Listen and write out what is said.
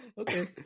Okay